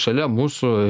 šalia mūsų